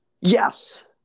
Yes